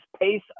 pace